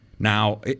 Now